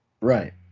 right